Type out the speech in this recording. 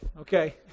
okay